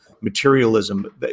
materialism